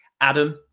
Adam